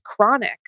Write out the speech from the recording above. chronic